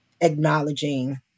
acknowledging